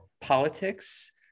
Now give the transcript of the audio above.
politics